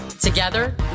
Together